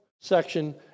section